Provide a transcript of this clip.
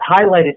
highlighted